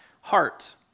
heart